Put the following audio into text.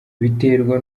biterwa